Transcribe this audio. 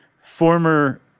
former